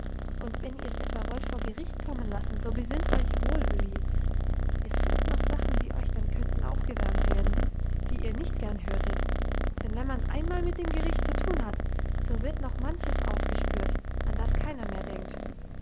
und wenn ihr's etwa wollt vor gericht kommen lassen so besinnt euch wohl öhi es gibt noch sachen die euch dann könnten aufgewärmt werden die ihr nicht gern hörtet denn wenn man's einmal mit dem gericht zu tun hat so wird noch manches aufgespürt an das keiner mehr denkt